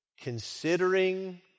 Considering